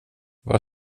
var